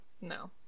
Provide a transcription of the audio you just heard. No